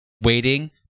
waiting